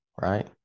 right